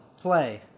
Play